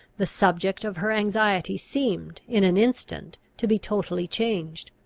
the subject of her anxiety seemed, in an instant, to be totally changed.